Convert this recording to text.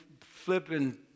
flipping